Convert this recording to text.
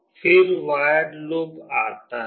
फिर void loop आता है